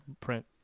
print